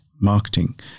marketing